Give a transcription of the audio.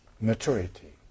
maturity